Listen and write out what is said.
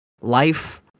life